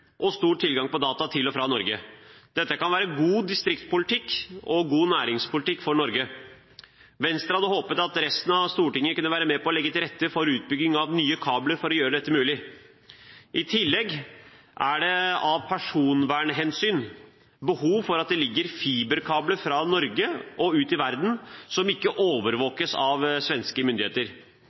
og stor tilgang på data til og fra Norge. Dette kan være god distriktspolitikk og god næringspolitikk for Norge. Venstre hadde håpet at resten av Stortinget kunne være med på å legge til rette for utbygging av nye kabler for å gjøre dette mulig. I tillegg er det av personvernhensyn behov for at det ligger fiberkabler fra Norge og ut i verden som ikke overvåkes av svenske myndigheter.